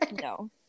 No